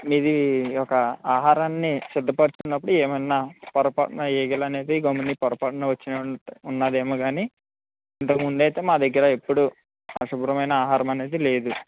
మీది ఒక ఆహారాన్ని శుద్ధపరచుకున్నప్పుడు ఏమైనా పొరపా ఈగలనేవి గమ్మున పొరపాటున వచ్ఛినంట్ ఉన్నాదేమో కానీ ఇంతక ముందైతే మా దగ్గర ఎప్పుడూ అశుభ్రమైన ఆహారం అనేది లేదు